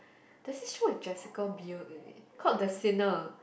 there's this show with Jessica-Biel in it called the Sinner